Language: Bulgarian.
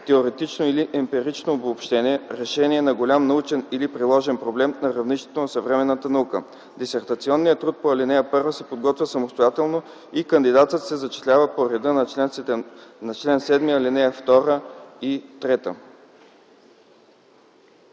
теоретично или емпирично обобщение, решение на голям научен или приложен проблем на равнището на съвременната наука. (3) Дисертационният труд по ал. 1 се подготвя самостоятелно и кандидатът се зачислява по реда на чл. 7, ал. 2 и 3.”